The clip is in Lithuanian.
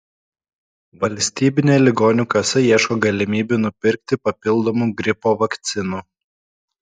valstybinė ligonių kasa ieško galimybių nupirkti papildomų gripo vakcinų